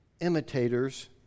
imitators